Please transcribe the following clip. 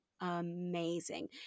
amazing